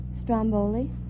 Stromboli